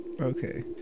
Okay